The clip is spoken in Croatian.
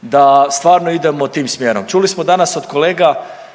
da stvarno idemo tim smjerom. Čuli smo danas od kolega,